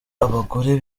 abagore